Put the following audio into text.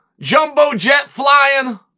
jumbo-jet-flying